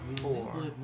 four